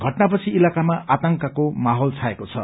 घटनापछि इलाकामा आतंकको माहौल छाएको छ